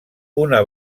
una